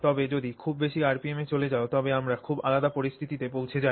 তবে যদি খুব বেশি আরপিএমে চলে যাও তবে আমরা খুব আলাদা পরিস্থিতিতে পৌঁছে যাই